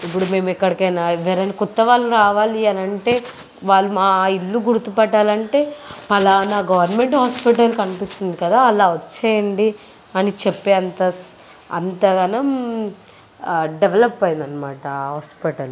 ఇప్పుడు మేము ఎక్కడికైనా ఎవరైనా క్రొత్త వాళ్ళు రావాలి అని అంటే వాళ్ళు మా ఇల్లు గుర్తుపట్టాలంటే పలానా గవర్నమెంట్ హాస్పిటల్ కనిపిస్తుంది కదా అలా వచ్చేయండి అని చెప్పే అంత అంతగాని డెవలప్ అయిందన్నమాట హాస్పిటల్